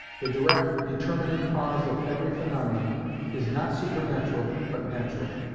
the direct determining cause of every phaenomenon is not supernatural but natural.